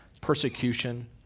persecution